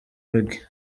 reggae